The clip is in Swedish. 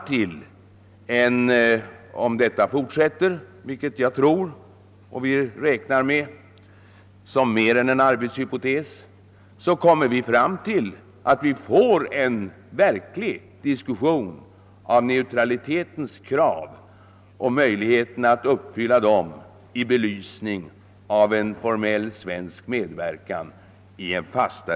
On utvecklingen fortsätter i nuvarande spår — vilket vi räknar med som mer än en arbetshypotes — kommer vi att få ta upp en verklig diskussion om neutralitetens krav och möjligheterna att uppfylla dem vid ett svenskt deltagande i ett utvidgat EEC.